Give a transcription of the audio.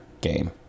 game